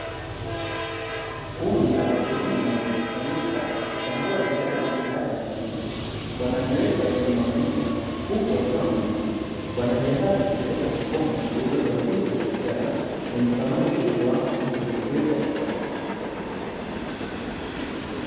Kundi la wakulima limekusanyika kuchambua viazi baada ya kuvuna, wanavyoweka kwenye magunia huku wakiwa wameinama, wanajiandaa kuvi peleka sokoni kuuza zao hili la biashara lenye thamani kubwa kupitia kuongeza kipato chao.